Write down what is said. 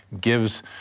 gives